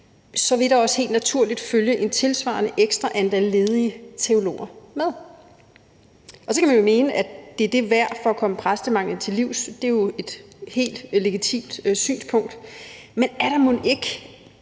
vil der også helt naturligt følge en tilsvarende ekstra andel ledige teologer med. Og så kan man jo mene, at det er det værd for at komme præstemanglen til livs – det er jo et helt legitimt synspunkt. Men er der mon ikke